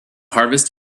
harvest